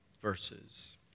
verses